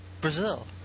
Brazil